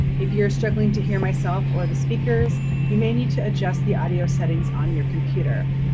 if you're struggling to hear myself or the speakers you may need to adjust the audio settings on your computer.